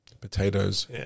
potatoes